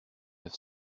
neuf